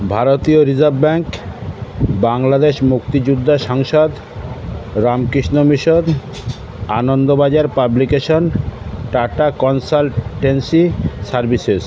ভারতীয় reserve bank Bangladesh মুক্তি যোদ্ধা সংসদ Ramakrishna Mission Anandabazar publication Tata Consultancy services